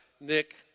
Nick